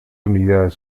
unidades